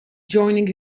joining